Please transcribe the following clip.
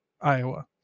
Iowa